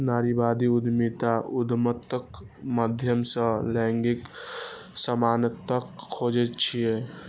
नारीवादी उद्यमिता उद्यमक माध्यम सं लैंगिक समानताक खोज छियै